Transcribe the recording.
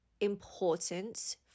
important